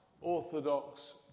Orthodox